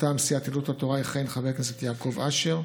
מטעם סיעת יהדות התורה יכהן חבר הכנסת יעקב אשר,